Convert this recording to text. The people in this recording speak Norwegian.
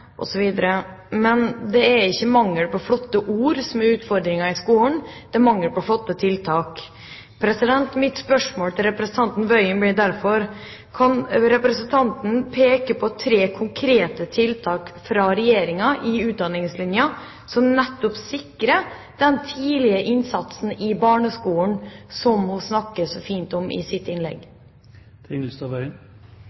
osv. Men det er ikke mangel på flotte ord som er utfordringen i skolen. Det er mangel på flotte tiltak. Mitt spørsmål til representanten Tingelstad Wøien blir derfor: Kan representanten peke på tre konkrete tiltak fra Regjeringa i meldinga Utdanningslinja som nettopp sikrer den tidlige innsatsen i barneskolen, som hun snakker så fint om i sitt innlegg?